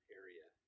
area